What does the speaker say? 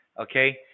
Okay